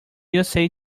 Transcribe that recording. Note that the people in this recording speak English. usa